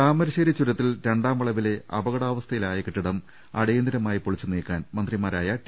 താമരശ്ശേരി ചുരത്തിൽ രണ്ടാം വളവിലെ അപകടാവസ്ഥ യിലായ കെട്ടിടം അടിയന്തിരമായി പൊളിച്ചുനീക്കാൻ മന്ത്രി മാരായ ടി